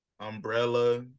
Umbrella